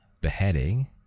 beheading